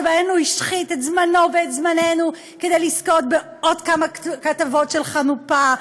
שבהן הוא השחית את זמנו ואת זמננו כדי לזכות בעוד כמה כתבות של חנופה,